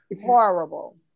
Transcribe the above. Horrible